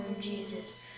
Jesus